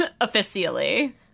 officially